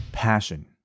passion